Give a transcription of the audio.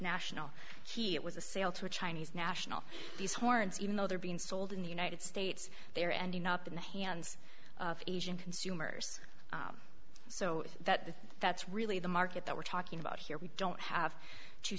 national he it was a sale to a chinese national these horns even though they're being sold in the united states they are ending up in the hands of asian consumers so that that's really the market that we're talking about here we don't have t